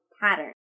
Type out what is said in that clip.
pattern